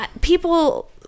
people